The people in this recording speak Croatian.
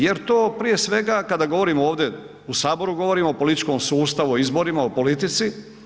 Jer to prije svega, kad govorimo ovdje u Saboru, govorimo o političkom sustavu, o izborima, o politici.